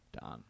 Done